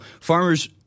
farmers